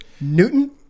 Newton